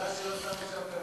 מזל שלא שמו שם כדורי פלאפל.